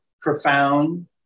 profound